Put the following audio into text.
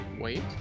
wait